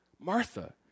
Martha